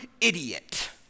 idiot